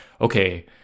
okay